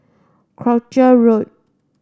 Croucher Road